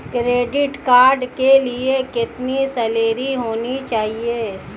Credit card के लिए कितनी सैलरी होनी चाहिए?